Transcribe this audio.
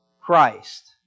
Christ